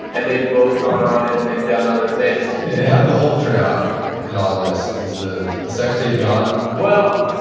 and they've both gone on and and done other things how'd the hulk turn out in all this? and is the the sex tape gone? well,